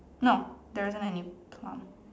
no there isn't any plum